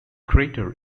crater